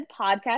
podcast